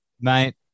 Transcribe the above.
mate